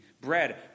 bread